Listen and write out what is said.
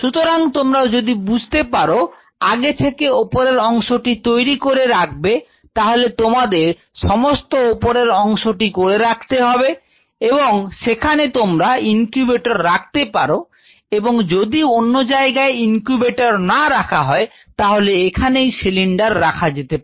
সুতরাং তোমরা যদি বুঝতে পারো আগে থেকে উপরের অংশটি তৈরি করে রাখবে তাহলে তোমাদের সমস্ত উপরের অংশটি করে রাখতে হবে এবং সেখানে তোমরা ইনকিউবেটর রাখতে পারো এবং যদি অন্য জায়গায় ইনকিউবেটর না রাখা যায় তাহলে এখানেই সিলিন্ডার রাখা যেতে পারে